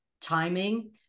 timing